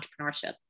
entrepreneurship